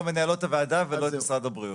אני לא מנהל לא את הוועדה ולא את משרד הבריאות.